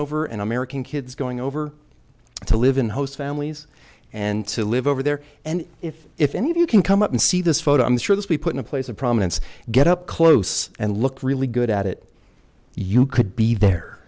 over and american kids going over to live in host families and to live over there and if if any of you can come up and see this photo i'm sure that we put in a place of prominence get up close and look really good at it you could be there